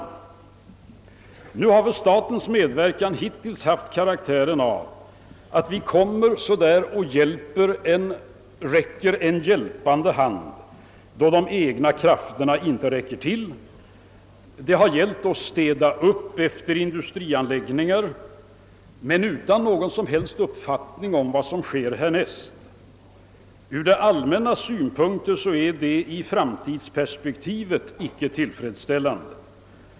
Nu har väl statens medverkan hittills haft karaktären av en hjälpande hand då de egna krafterna inte räckt till. Det har gällt att städa upp efter industrianläggning ar men utan någon som helst uppfattning om vad som skall ske därefter. Från det allmännas synpunkt är detta icke tillfredsställande med tanke på framtiden.